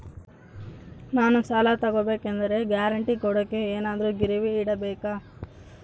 ನಾನು ಸಾಲ ತಗೋಬೇಕಾದರೆ ಗ್ಯಾರಂಟಿ ಕೊಡೋಕೆ ಏನಾದ್ರೂ ಗಿರಿವಿ ಇಡಬೇಕಾ?